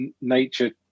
nature